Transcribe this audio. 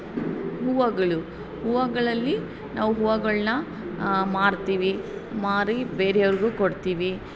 ಹೂವುಗಳು ಹೂವುಗಳಲ್ಲಿ ನಾವು ಹೂವುಗಳ್ನ ಮಾರ್ತೀವಿ ಮಾರಿ ಬೇರೆಯವರಿಗೂ ಕೊಡ್ತೀವಿ